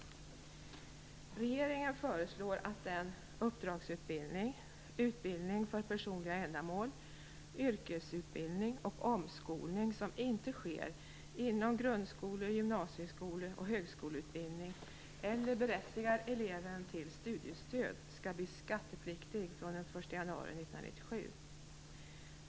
Regeringen föreslår att den uppdragsutbildning, utbildning för personliga ändamål, yrkesutbildning och omskolning som inte sker inom grundskole-, gymnasieskole och högskoleutbildning eller berättigar eleven till studiestöd skall bli skattepliktig från den 1 januari 1997.